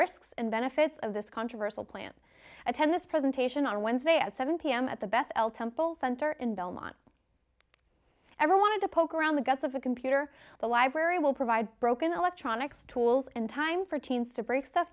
risks and benefits of this controversial plan attend this presentation on wednesday at seven pm at the bethel temple center in belmont ever wanted to poke around the guts of a computer the library will provide broken electronics tools and time for teens to break stuff